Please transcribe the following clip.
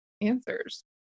answers